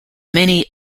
many